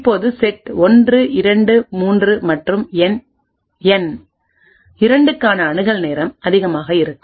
இப்போது செட் 1 2 3 மற்றும் என் 2 க்கான அணுகல் நேரம் அதிகமாக இருக்கும்